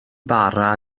bara